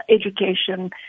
education